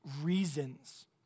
reasons